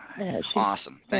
awesome